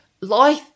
Life